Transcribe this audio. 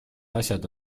asjad